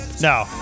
No